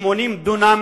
80 דונם